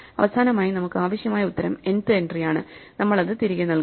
അവസാനമായി നമുക്ക് ആവശ്യമായ ഉത്തരം n ത് എൻട്രിയാണ് നമ്മൾ അത് തിരികെ നൽകുന്നു